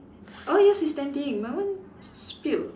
oh yours is standing my one spilt